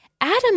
Adam